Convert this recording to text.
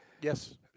Yes